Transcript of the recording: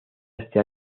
este